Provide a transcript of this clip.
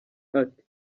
ati